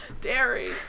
Dairy